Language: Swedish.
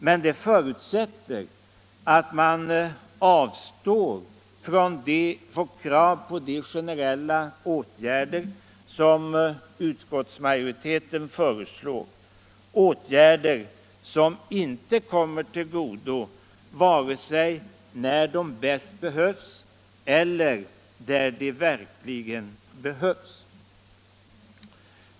Men det förutsätter att man avstår från krav på de generella åtgärder som utskottsmajoriteten föreslår, åtgärder som inte kommer till godo vare sig när de bäst behövs eller där de verkligen behövs.